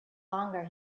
longer